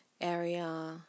area